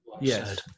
yes